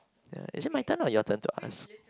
is it my turn or your turn to ask